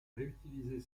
réutilisés